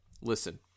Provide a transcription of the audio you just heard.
listen